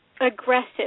aggressive